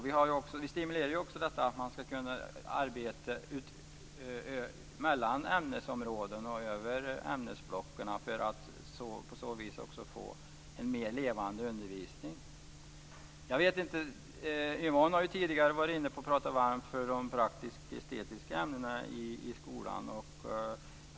Vi stimulerar ju också detta att man skall kunna arbeta över ämnesblocken för att få en mer levande undervisning. Yvonne Andersson har ju pratat varmt för de praktiskt-estetiska ämnena i skolan.